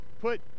put